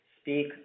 speak